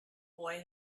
boy